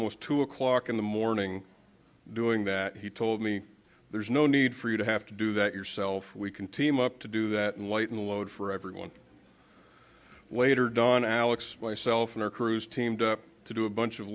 almost two o'clock in the morning doing that he told me there's no need for you to have to do that yourself we can team up to do that and lighten the load for everyone later dawn alex myself and our crews teamed up to do a bunch of